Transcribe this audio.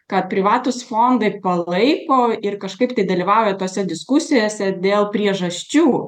kad privatūs fondai palaiko ir kažkaip tai dalyvauja tose diskusijose dėl priežasčių